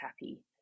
happy